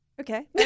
Okay